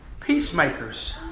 peacemakers